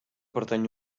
pertany